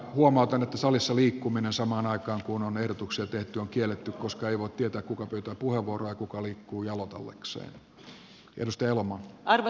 huomautan että salissa liikkuminen samaan aikaan kun on ehdotuksia tehty on kielletty koska ei voi tietää kuka pyytää puheenvuoroa ja kuka liikkuu jaloitellakseen